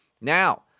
Now